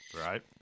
Right